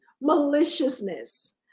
maliciousness